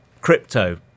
crypto